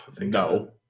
no